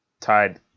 tied